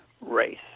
race